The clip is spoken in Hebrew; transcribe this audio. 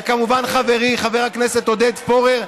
וכמובן לחברי חבר הכנסת עודד פורר,